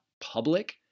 public